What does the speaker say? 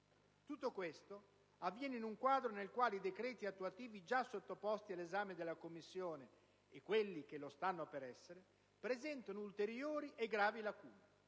Tutto questo avviene in un quadro nel quale i decreti attuativi già sottoposti all'esame della Commissione e quelli che lo stanno per essere presentano ulteriori e gravi lacune: